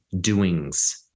doings